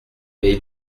mais